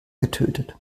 getötet